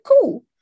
cool